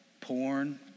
porn